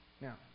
Now